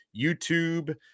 YouTube